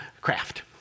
craft